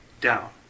Down